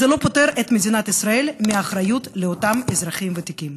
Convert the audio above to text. זה לא פותר את מדינת ישראל מהאחריות לאותם אזרחים ותיקים.